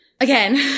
again